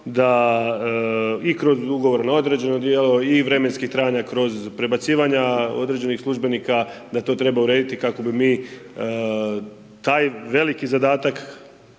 da i kroz ugovor na određeno djelo i vremenski trajanja kroz prebacivanja određenih službenika da to treba urediti kako bi mi taj veliki zadatak